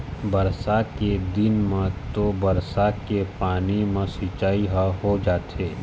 बरसा के दिन म तो बरसा के पानी म सिंचई ह हो जाथे